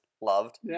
loved